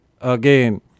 Again